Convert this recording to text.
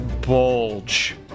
bulge